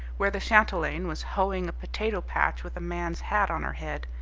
where the chatelaine was hoeing a potato patch with a man's hat on her head,